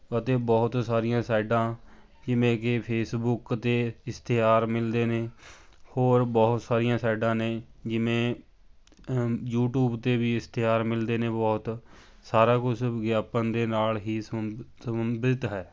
ਅਤੇ ਬਹੁਤ ਸਾਰੀਆਂ ਸਾਈਟਾਂ ਜਿਵੇਂ ਕਿ ਫੇਸਬੁੱਕ 'ਤੇ ਇਸ਼ਤਿਹਾਰ ਮਿਲਦੇ ਨੇ ਹੋਰ ਬਹੁਤ ਸਾਰੀਆਂ ਸਾਈਟਾਂ ਨੇ ਜਿਵੇਂ ਯੂਟਿਊਬ 'ਤੇ ਵੀ ਇਸ਼ਤਿਹਾਰ ਮਿਲਦੇ ਨੇ ਬਹੁਤ ਸਾਰਾ ਕੁਛ ਵਿਆਪਨ ਦੇ ਨਾਲ ਹੀ ਸੰਬ ਸੰਬੰਧਿਤ ਹੈ